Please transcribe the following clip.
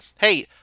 hey